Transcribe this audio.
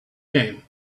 came